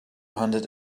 hundred